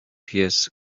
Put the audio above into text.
pies